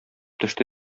төште